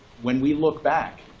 when we look back,